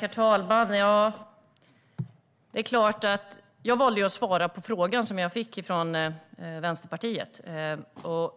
Herr talman! Jag valde att svara på den fråga som jag fick från Vänsterpartiet.